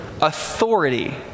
Authority